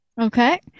Okay